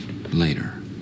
later